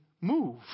move